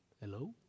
Hello